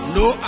no